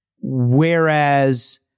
Whereas